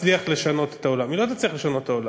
תצליח לשנות את העולם,